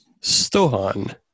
Stohan